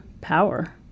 power